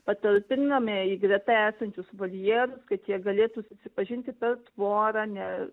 patalpiname į greta esančius voljerus kad jie galėtų susipažinti per tvorą ne